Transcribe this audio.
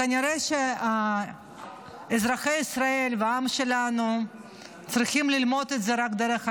כנראה שאזרחי ישראל והעם שלנו צריכים ללמוד את זה רק דרך הכיס.